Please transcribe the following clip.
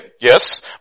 yes